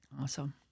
awesome